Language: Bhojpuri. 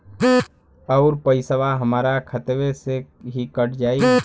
अउर पइसवा हमरा खतवे से ही कट जाई?